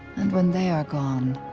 and when they are gone.